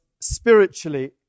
spiritually